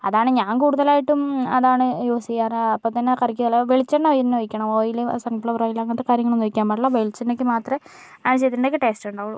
അതാണ് ഞാൻ കൂടുതൽ ആയിട്ടും അതാണ് യൂസ് ചെയ്യാറ് അപ്പോൾ തന്നെ കറിക്ക് നല്ല വെളിച്ചെണ്ണ തന്നെ ഒഴിക്കണം ഓയില് സൺ ഫ്ലവർ ഓയിൽ അങ്ങനത്തെ കാര്യങ്ങളൊന്നും ഒഴിക്കാൻ പാടില്ല വെളിച്ചെണ്ണയ്ക്ക് മാത്രമേ ആവശ്യത്തിൻ്റെ ഒക്കെ ടേസ്റ്റ് ഉണ്ടാവുള്ളൂ